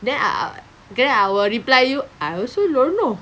then I I then I will reply you I also don't know